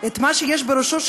בשלב ראשון,